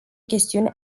chestiuni